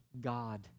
God